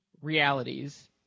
realities